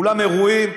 אולם אירועים.